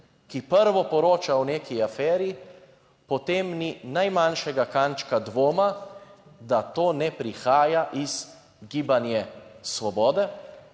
ki prvo poroča o neki aferi, potem ni najmanjšega kančka dvoma, da to ne prihaja iz Gibanja Svobode